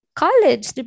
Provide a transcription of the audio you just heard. college